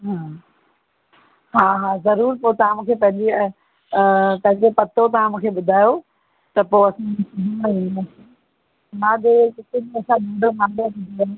हा हा हा ज़रूरु पोइ तव्हां मूंखे तॾहिं पंहिंजो पतो तव्हां मूंखे ॿुधायो त पोइ